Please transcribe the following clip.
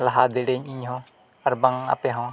ᱞᱟᱦᱟ ᱫᱟᱲᱮᱭᱟᱜᱼᱟ ᱟᱹᱧ ᱤᱧ ᱦᱚᱸ ᱟᱨ ᱵᱟᱝ ᱟᱯᱮ ᱦᱚᱸ